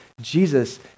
Jesus